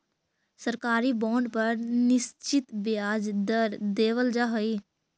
सरकारी बॉन्ड पर निश्चित ब्याज दर देवल जा हइ